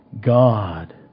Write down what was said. God